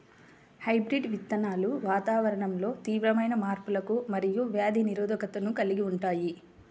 hybrid విత్తనాలు వాతావరణంలో తీవ్రమైన మార్పులకు మరియు వ్యాధి నిరోధకతను కలిగి ఉంటాయి